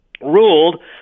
ruled